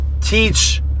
teach